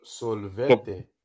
Solvete